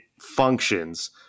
functions